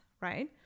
right